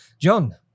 John